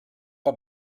pas